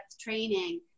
training